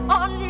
on